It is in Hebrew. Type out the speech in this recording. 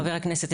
חבר הכנסת,